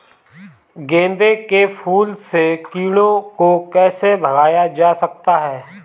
गेंदे के फूल से कीड़ों को कैसे भगाया जा सकता है?